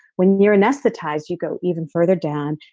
when you're anesthetized you go even further down.